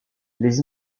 les